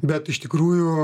bet iš tikrųjų